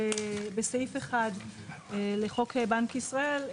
בסעיף 1 לחוק בנק ישראל,